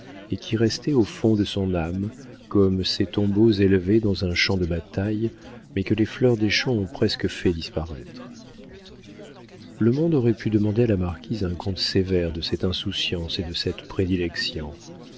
et qui restaient au fond de son âme comme ces tombeaux élevés dans un champ de bataille mais que les fleurs des champs ont presque fait disparaître le monde aurait pu demander à la marquise un compte sévère de cette insouciance et de cette prédilection